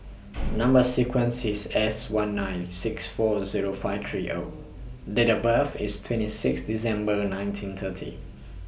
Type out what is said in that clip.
Number sequence IS S one nine six four Zero five three O Date of birth IS twenty six December nineteen thirty